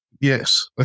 Yes